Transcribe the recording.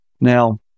Now